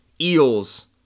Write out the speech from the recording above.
Eels